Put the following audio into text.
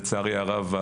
לצערי הרב,